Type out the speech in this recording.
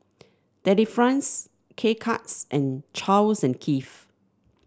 Delifrance K Cuts and Charles and Keith